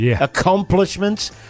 Accomplishments